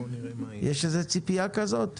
יש איזו ציפייה כזאת?